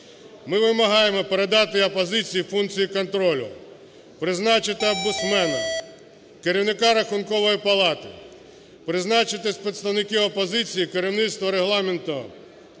Ми вимагаємо передати опозиції функції контролю, призначити омбудсмана, керівника Рахункової палати, призначити з представників опозиції керівництво регламентного